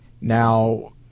Now